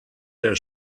der